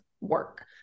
work